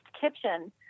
kitchen